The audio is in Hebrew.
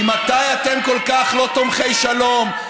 ממתי אתם כל כך לא תומכי שלום?